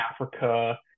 africa